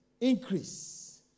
increase